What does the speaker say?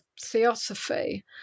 Theosophy